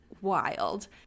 wild